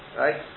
right